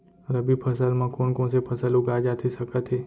रबि फसल म कोन कोन से फसल उगाए जाथे सकत हे?